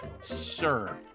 Sir